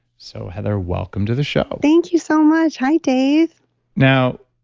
so heather, welcome to the show thank you so much. hi dave now,